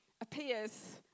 appears